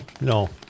no